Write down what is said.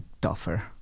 tougher